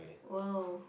!wow!